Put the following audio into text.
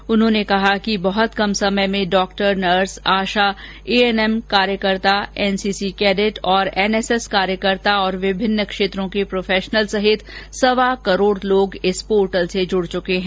श्री मोदी ने कहा कि बहुत कम समय में डाक्टर नर्स आशा एएनएम कार्यकर्ता एनसीसी कैडेट और एनएसएस कार्यकर्ता और विभिन्न क्षेत्रों के प्रोफेशनल सहित सवा करोड़ लोग इस पोर्टल से जुड़ चुके हैं